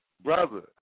brother